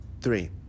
Three